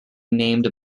named